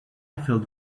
felt